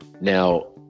Now